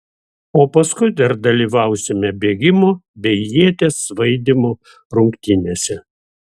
o paskui dar dalyvausime bėgimo bei ieties svaidymo rungtynėse